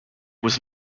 was